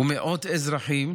ומאות אזרחים,